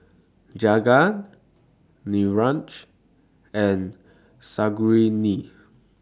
Jagat Niraj and Sarojini